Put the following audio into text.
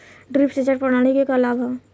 Drip सिंचाई प्रणाली के का लाभ ह?